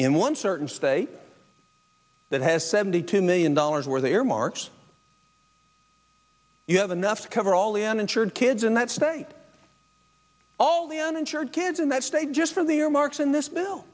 in one certain state that has seventy two million dollars where the earmarks you have enough to cover all the uninsured kids in that state all the uninsured kids in that state just of the earmarks in this bill